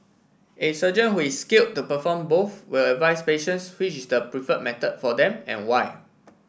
a surgeon who is skilled to perform both will advise patients which is the prefer method for them and why